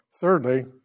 Thirdly